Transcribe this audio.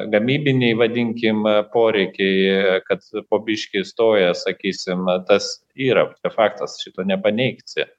gamybiniai vadinkim poreikiai kad po biškį stojęs sakysim na tas yra faktas šito nepaneigsi